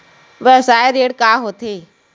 व्यवसाय ऋण का होथे?